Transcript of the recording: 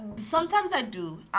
sometimes i do.